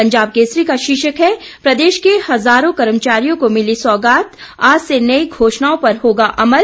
पंजाब केसरी का शीर्षक है प्रदेश के हजारों कर्मचारियों को मिली सौगात आज से नई घोषणाओं पर होगा अमल